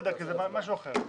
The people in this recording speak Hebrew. בסדר, זה משהו אחר.